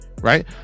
right